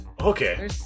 Okay